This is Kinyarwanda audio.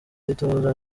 itohoza